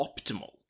optimal